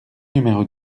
numéro